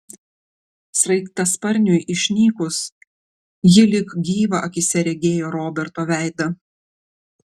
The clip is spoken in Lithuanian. sraigtasparniui išnykus ji lyg gyvą akyse regėjo roberto veidą